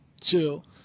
chill